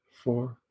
Four